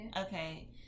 Okay